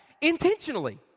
intentionally